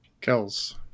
Kells